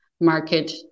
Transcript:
market